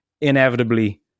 inevitably